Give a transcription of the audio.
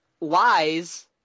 lies